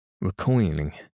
recoiling